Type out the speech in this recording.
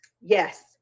Yes